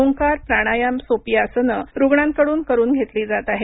ओंकार प्राणायाम सोपी आसने रुग्णांकडून करुन घेतली जात आहेत